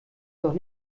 doch